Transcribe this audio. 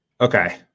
okay